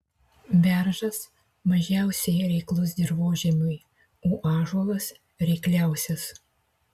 beržas mažiausiai reiklus dirvožemiui o ąžuolas reikliausias